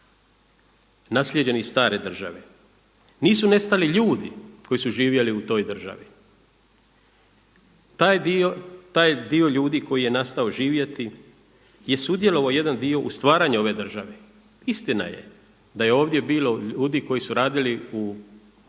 naslijeđeni iz stare države. Nisu nestali ljudi koji su živjeli u toj državi. Taj dio, taj dio ljudi koji je nastavio živjeti je sudjelovao jedan dio u stvaranju ove države. Istina je da je ovdje bilo ljudi koji su radili u tajnim